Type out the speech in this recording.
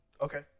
Okay